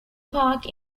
park